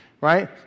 right